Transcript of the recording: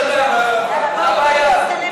הבעיה?